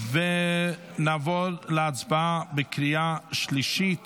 נעבור להצבעה בקריאה שלישית